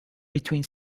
between